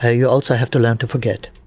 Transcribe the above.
ah you also have to learn to forget.